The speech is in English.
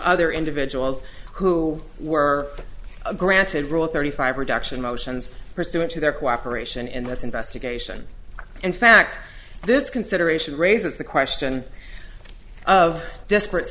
other individuals who were granted rule thirty five reduction motions pursuant to their cooperation in this investigation in fact this consideration raises the question of disparate